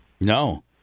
No